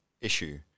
issue